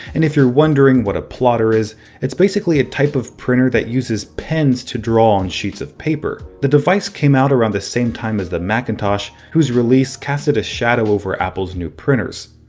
and if you're wondering what a plotter is, it's basically a type of printer that uses pens to draw on sheets of paper. the device came out around the same time as the macintosh, whose release casted a shadow over apple's new printers.